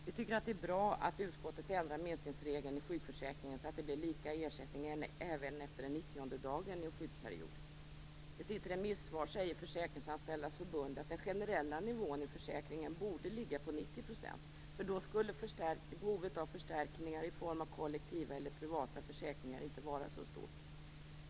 Vi tycker att det är bra att utskottet ändrar minskningsregeln i sjukförsäkringen så att det blir lika ersättning även efter den 90:e dagen i en sjukperiod. I sitt remissvar säger Försäkringsanställdas förbund att den generella nivån i försäkringen borde ligga på 90 %. Då skulle behovet av förstärkningar i form av kollektiva eller privata försäkringar inte vara så stort.